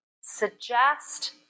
suggest